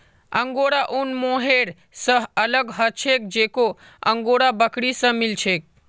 angora ऊन mohair स अलग ह छेक जेको अंगोरा बकरी स मिल छेक